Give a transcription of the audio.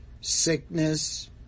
Sickness